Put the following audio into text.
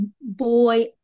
boy